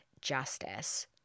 justice